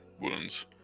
wounds